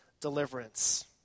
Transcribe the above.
deliverance